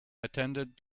attendant